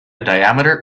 diameter